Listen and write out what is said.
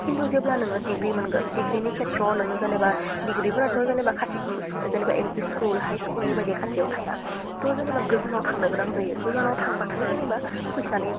खिन्थु जेब्ला नोङो डिग्रि मोनगोन डिग्रिनि खेथ्रआव नोङो जेनेबा डिग्रिफोराथ' जेनेबा खातिक सु जेनेबा एल पि स्कुल हाइ स्कुलनि बायदि खाथियाव थाया तह जेनेबा गोजानाव थांनो गोनां जायो गोजानाव थांबाथाय जेनेबा फैसानि